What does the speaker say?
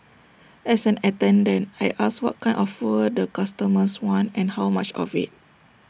as an attendant I ask what kind of fuel the customers want and how much of IT